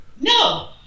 No